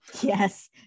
Yes